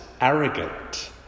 arrogant